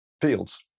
Fields